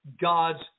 God's